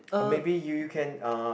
or maybe you can uh